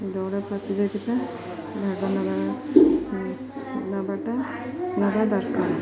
ଦୌଡ଼ ପ୍ରତିଯୋଗିତା ଭାଗ ନେବା ନେବାଟା ନେବା ଦରକାର